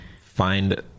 find